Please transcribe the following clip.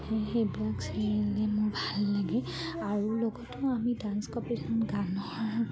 এই সেইবিলাক চিৰিয়েলে মোৰ ভাল লাগে আৰু লগতো আমি ডান্স কম্পিটিশ্যন গানৰ